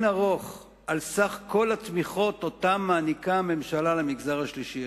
ערוך על סך כל התמיכות שהממשלה נותנת למגזר השלישי.